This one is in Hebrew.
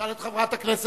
תשאל את חברת זועבי.